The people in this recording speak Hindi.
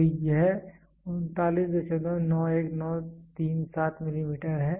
तो यह 3991937 मिलीमीटर है